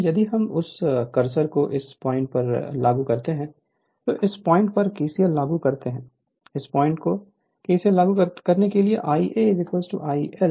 इसलिए यदि हम उस कर्सर को इस पॉइंट पर लागू करते हैं तो इस पॉइंट पर केसीएल लागू करते हैं इस पॉइंट पर केसीएल लागू करें Ia IL If मिलेगा